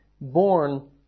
born